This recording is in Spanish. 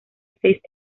seis